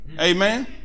Amen